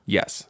Yes